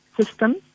system